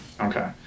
Okay